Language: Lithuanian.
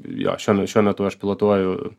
jo šiuo me šiuo metu aš pilotuoju